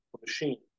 machine